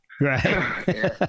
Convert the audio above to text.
Right